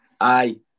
Aye